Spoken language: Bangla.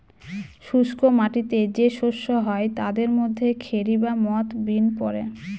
শুস্ক মাটিতে যে শস্য হয় তাদের মধ্যে খেরি বা মথ, বিন পড়ে